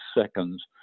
seconds